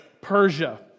Persia